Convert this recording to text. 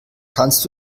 kannst